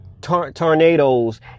tornadoes